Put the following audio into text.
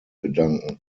bedanken